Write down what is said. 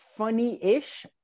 funny-ish